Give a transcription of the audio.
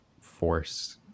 force